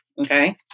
Okay